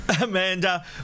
Amanda